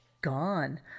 gone